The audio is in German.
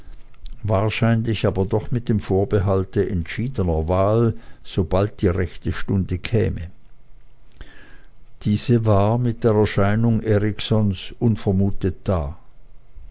wahrscheinlich aber doch mit dem vorbehalte entschiedener wahl sobald die rechte stunde käme diese war mit der erscheinung eriksons unvermutet da